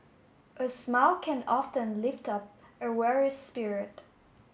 a smile can often lift up a weary spirit